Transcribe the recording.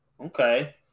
Okay